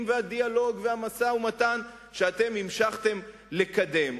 והדיאלוג והמשא-ומתן שאתם המשכתם לקדם.